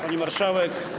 Pani Marszałek!